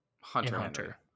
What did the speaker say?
Hunter